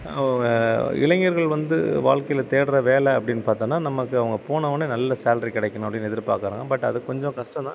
வ இளைஞர்கள் வந்து வாழ்க்கையில் தேடுற வேலை அப்படின்னு பார்த்தோன்னா நமக்கு அவங்க போன ஒடனே நல்ல சாலரி கிடைக்கணும் அப்படின்னு எதிர்பார்க்குறாங் பட் அது கொஞ்சம் கஷ்டோந்தான்